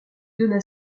donna